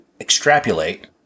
extrapolate